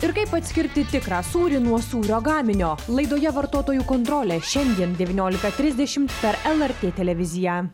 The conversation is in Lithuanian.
ir kaip atskirti tikrą sūrį nuo sūrio gaminio laidoje vartotojų kontrolė šiandien devyniolika trisdešimt per lrt televiziją